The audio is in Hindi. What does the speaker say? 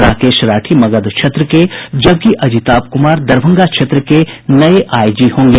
राकेश राठी मगध क्षेत्र के जबकि अजिताभ कुमार दरभंगा क्षेत्र के नये आईजी होंगे